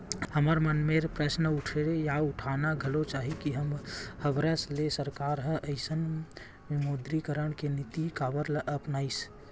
हमर मन मेर ये प्रस्न उठथे या उठाना घलो चाही के हबरस ले सरकार ह अइसन विमुद्रीकरन के नीति काबर अपनाइस?